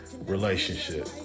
relationship